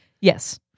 Yes